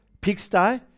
Pigsty